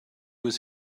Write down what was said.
was